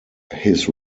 his